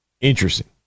Interesting